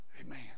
Amen